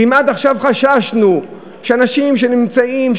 ואם עד עכשיו חששנו שאנשים שנמצאים,